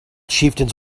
chieftains